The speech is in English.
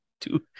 Two